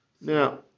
now